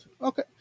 okay